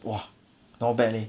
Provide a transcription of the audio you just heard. !wah! not bad leh